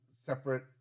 separate